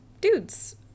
dudes